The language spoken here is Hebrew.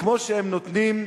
וכמו שהם נותנים,